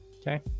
Okay